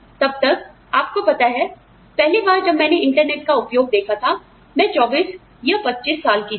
तब तक आपको पता है पहली बार जब मैंने इंटरनेट का उपयोग देखा था मैं 25 24 या 25 साल की थी